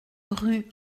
rue